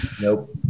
Nope